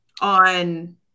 on